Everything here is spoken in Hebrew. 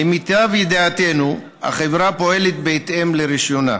למיטב ידיעתנו, החברה פועלת בהתאם לרישיונה.